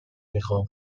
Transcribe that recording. میخوام